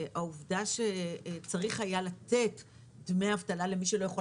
שהעובדה שהיה צריך לתת דמי אבטלה למי שלא היה יכול